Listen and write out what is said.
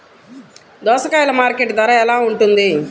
దోసకాయలు మార్కెట్ ధర ఎలా ఉంటుంది?